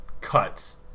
cuts